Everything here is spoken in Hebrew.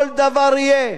כל דבר יהיה: